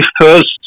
first